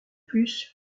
plus